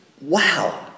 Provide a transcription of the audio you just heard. wow